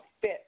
fit